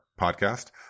podcast